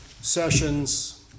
sessions